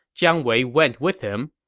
jiang wei went with him.